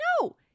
no